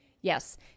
Yes